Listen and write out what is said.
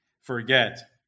forget